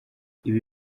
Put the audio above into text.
ibi